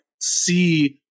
see